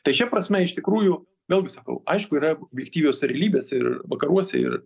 tai šia prasme iš tikrųjų vėlgi sakau aišku yra objektyvios realybės ir vakaruose ir